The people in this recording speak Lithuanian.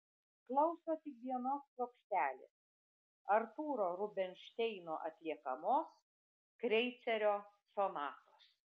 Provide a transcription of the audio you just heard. klauso tik vienos plokštelės artūro rubinšteino atliekamos kreicerio sonatos